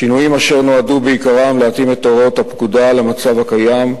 שינויים אשר נועדו בעיקרם להתאים את הוראות הפקודה למצב הקיים,